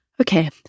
Okay